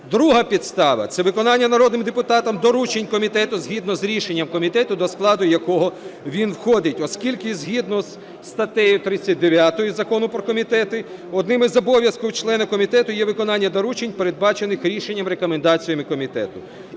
Друга підстава – це виконання народним депутатом доручень комітету згідно з рішенням комітету, до складу якого він входить, оскільки згідно зі статтею 39 Закону про комітети одним із обов'язків члена комітету є виконання доручень, передбачених рішенням і рекомендаціями комітету.